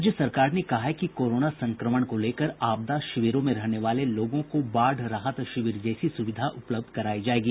राज्य सरकार ने कहा है कि कोरोना संक्रमण को लेकर आपदा शिविरों में रहने वाले लोगों को बाढ़ राहत शिविर जैसी सुविधा उपलब्ध करायी जायेगी